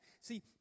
See